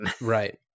Right